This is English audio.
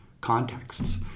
contexts